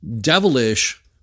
devilish